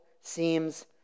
seems